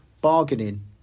bargaining